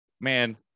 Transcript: man